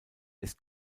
ist